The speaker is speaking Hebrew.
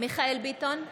מיכאל מרדכי ביטון,